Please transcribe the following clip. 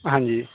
ਹਾਂਜੀ